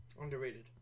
Underrated